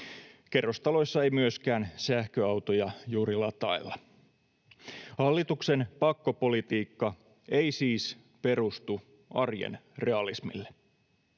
Kerrostaloissa ei myöskään sähköautoja juuri latailla. Hallituksen pakkopolitiikka ei siis perustu arjen realismille.